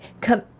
come